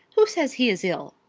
who says he is ill?